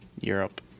Europe